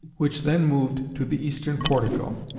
which then moved to the eastern portico.